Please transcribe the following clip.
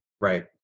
Right